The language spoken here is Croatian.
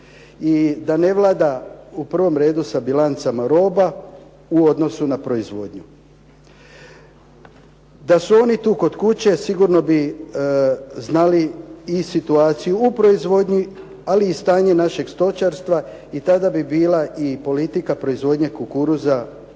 i da ne vlada, u prvom redu sa bilancama roba u odnosu na proizvodnju. Da su oni tu kod kuće, sigurno bi znali i situaciju u proizvodnji, ali i stanje našeg stočarstva i tada bi bila i politika proizvodnje kukuruza mnogo